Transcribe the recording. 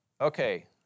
Okay